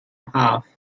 path